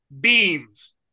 Beams